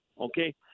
okay